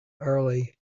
early